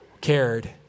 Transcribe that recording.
cared